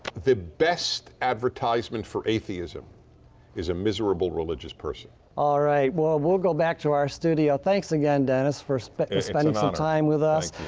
the best advertisement for atheism is a miserable religious person. all right. well, we'll go back to our studio. thanks again, dennis, for so but spending some time with us.